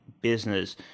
business